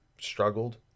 struggled